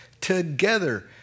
together